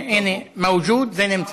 הינה, מווג'וד זה נמצא.